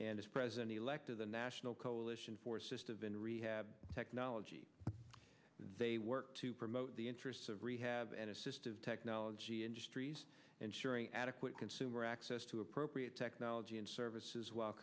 and is president elect of the national coalition for systems in rehab technology they work to promote the interests of rehab and assist of technology industries and sharing adequate consumer access to appropriate technology and services w